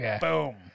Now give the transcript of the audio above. Boom